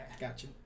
Gotcha